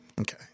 Okay